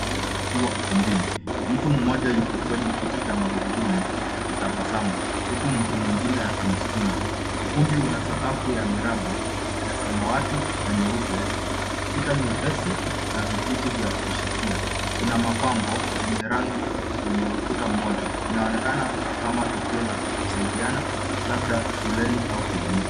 Watu wawili wakiwa ukumbini. Mtu mmoja yuko kwenye kiti cha magurudumu akitabasamu huku mtu mwengine akimsukuma. Ukumbi una sakafu ya miraba ya samawati na nyeupe. Ukuta nyepesi na vijiti vya kushikia. Kuna mapambo yenye rangi kwenye ukuta mmoja. Inaonekana kama tukio la kusaidiana labda shuleni au kliniki.